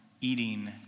eating